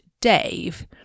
Dave